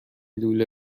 لوله